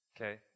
Okay